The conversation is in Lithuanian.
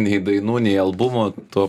nei dainų nei albumo tuo